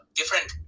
different